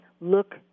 Look